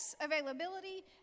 availability